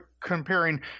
comparing